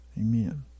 Amen